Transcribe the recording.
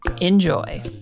Enjoy